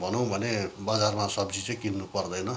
भनौँ भने बजारमा सब्जी चाहिँ किन्नु पर्दैन